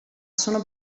sono